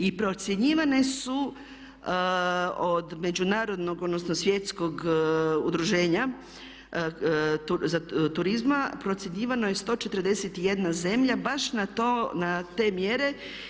I procjenjivane su od međunarodnog, odnosno Svjetskog udruženja turizma, procjenjivano je 141 zemlja baš na te mjere.